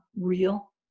real